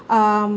um